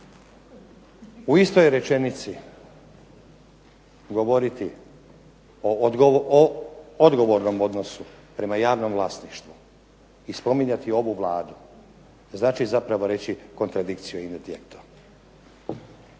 u istoj rečenici govoriti o odgovornom odnosu prema javnom vlasništvu i spominjati ovu Vladu, znači zapravo reći kontradikciju in